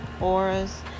auras